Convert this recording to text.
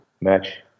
match